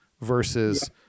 versus –